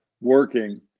working